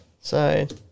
side